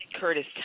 Curtis